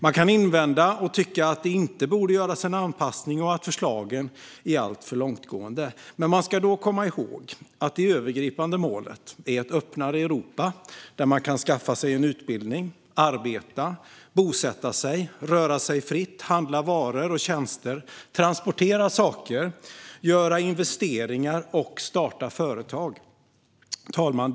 Man kan invända och tycka att det inte borde behövas en anpassning och att förslagen är alltför långtgående. Men man ska då komma ihåg att det övergripande målet är ett öppnare Europa där man kan skaffa sig en utbildning, arbeta, bosätta sig, röra sig fritt, handla med varor och tjänster, transportera saker, göra investeringar och etablera företag. Fru talman!